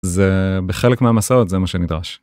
זה בחלק מהמסעות זה מה שנדרש.